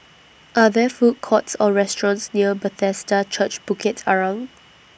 Are There Food Courts Or restaurants near Bethesda Church Bukit Arang